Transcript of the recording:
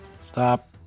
Stop